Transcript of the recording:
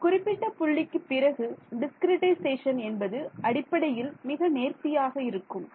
ஒரு குறிப்பிட்ட புள்ளிக்கு பிறகு டிஸ்கிரிட்டைசேஷன் என்பது அடிப்படையில் மிக நேர்த்தியாக இருக்கும்